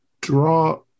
draw